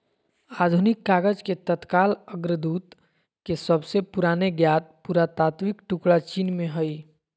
आधुनिक कागज के तत्काल अग्रदूत के सबसे पुराने ज्ञात पुरातात्विक टुकड़ा चीन में हइ